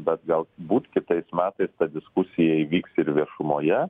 bet galbūt kitais metais ta diskusija įvyks ir viešumoje